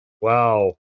Wow